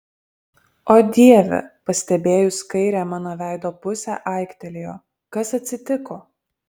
o dieve pastebėjus kairę mano veido pusę aiktelėjo kas atsitiko